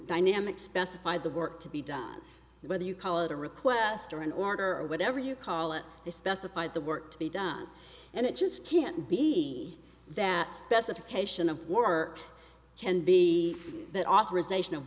dynamic specify the work to be done whether you call it a request or an order or whatever you call it they specify the work to be done and it just can't be that specification of work can be that authorization of